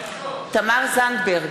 תמר זנדברג,